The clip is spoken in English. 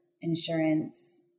insurance